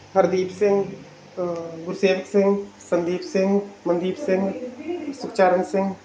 Hardeep Singh Gursewak Singh Sandeep Singh Mandeep Singh Sukhcharan Singh